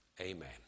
amen